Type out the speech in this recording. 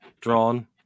drawn